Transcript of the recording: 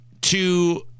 to-